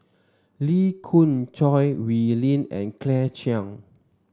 Lee Khoon Choy Wee Lin and Claire Chiang